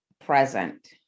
present